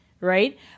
Right